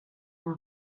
dago